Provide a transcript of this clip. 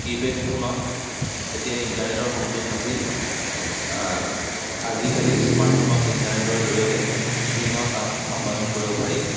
keypad ফোনত তেতিয়া ইণ্টাৰনেটৰ সংযোগ নাছিল আজিকালি স্মাৰ্টফোনত ইণ্টাৰনেটৰ জৰিয়তে বিভিন্ন কাম সম্পাদন কৰিব পাৰি